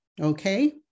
okay